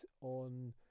on